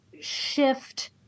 shift –